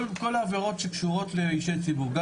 כל העבירות שקשורות לאישי ציבור.